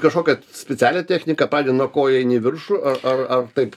kažkokią specialią techniką pradedi nuo kojų eini į viršų ar ar ar taip